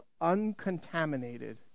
uncontaminated